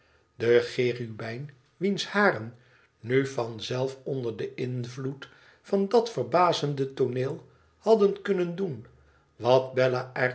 de cherubijn wiens haren nu van zelf onder den invloed van dat verbazende tooneel hadden kunnen doen wat bella